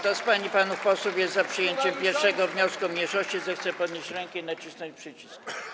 Kto z pań i panów posłów jest za przyjęciem 1. wniosku mniejszości, zechce podnieść rękę i nacisnąć przycisk.